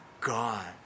God